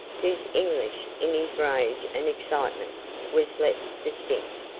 whose english in his rage and excitement was less distinct,